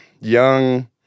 young